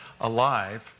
alive